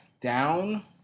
down